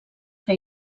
que